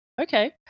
okay